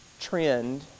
trend